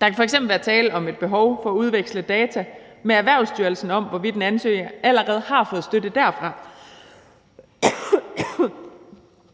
Der kan f.eks. være tale om et behov for at udveksle data med Erhvervsstyrelsen om, hvorvidt en ansøger allerede har fået støtte derfra,